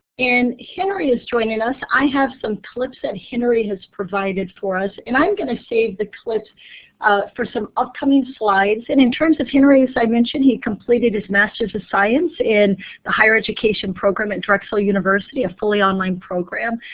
and henry is joining us. i have some clips that henry has provided for us, and i'm going to save the clips for some upcoming slides. and in terms of henry, as i mentioned, he completed his master's of science in the higher education program at drexel university, a fully online program.